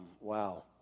wow